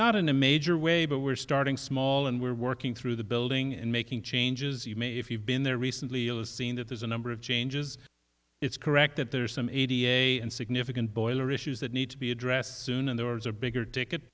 not in a major way but we're starting small and we're working through the building and making changes you've made if you've been there recently seen that there's a number of changes it's correct that there are some a t a i and significant boiler issues that need to be addressed soon and there is a bigger ticket